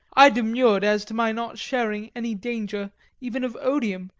i demurred as to my not sharing any danger even of odium,